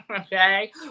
okay